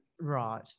right